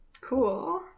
Cool